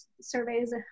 surveys